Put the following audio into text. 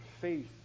faith